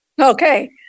Okay